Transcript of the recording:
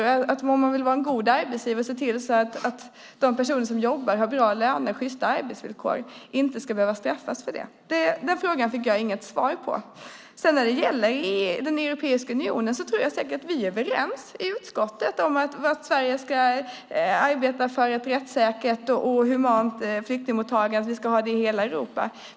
Den som vill vara en god arbetsgivare och se till att de personer som jobbar har bra löner och sjysta arbetsvillkor ska inte straffas för det. Den frågan fick jag inget svar på. När det sedan gäller Europeiska unionen tror jag säkert att vi i utskottet är överens om att Sverige ska arbeta för ett rättssäkert och humant flyktingmottagande i hela Europa.